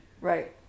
Right